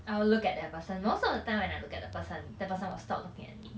I will look at that person most of the time when I look at the person the person will stop looking at me